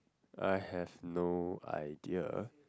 I have no idea